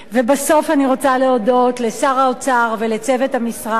ובסוף אני רוצה להודות לשר האוצר ולצוות המשרד,